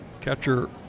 Catcher